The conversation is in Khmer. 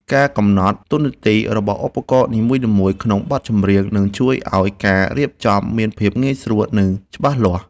ការកំណត់តួនាទីរបស់ឧបករណ៍នីមួយៗក្នុងបទចម្រៀងនឹងជួយឱ្យការរៀបចំមានភាពងាយស្រួល និង ច្បាស់លាស់។